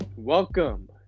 Welcome